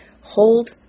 Hold